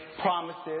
promises